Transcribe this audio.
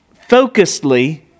focusedly